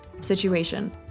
situation